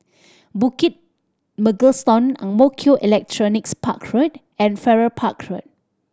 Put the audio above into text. Bukit Mugliston Ang Mo Kio Electronics Park Road and Farrer Park Road